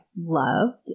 loved